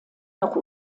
noch